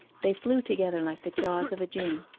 they flew together like the jaws of a gin.